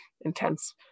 intense